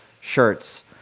shirts